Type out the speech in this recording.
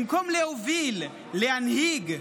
במקום להוביל, להנהיג,